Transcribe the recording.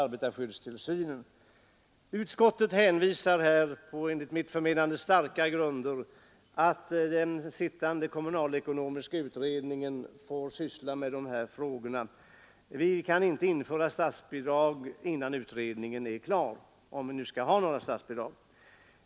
Utskottsmajoriteten hänvisade här — enligt mitt förmenande på starka grunder — till att den sittande kommunalekonomiska utredningen skall syssla med dessa frågor. Vi kan inte införa statsbidrag innan utredningen är klar, om vi nu skall ha några statsbidrag.